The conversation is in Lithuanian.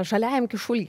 žaliajam kyšuly